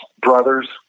brothers